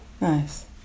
Nice